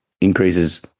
increases